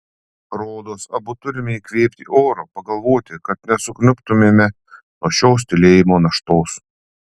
rodos abu turime įkvėpti oro pagalvoti kad nesukniubtumėme nuo šios tylėjimo naštos